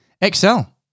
excel